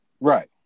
right